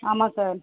ஆமாம் சார்